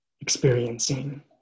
experiencing